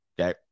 Okay